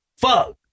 fuck